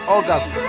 August